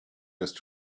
just